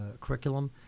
curriculum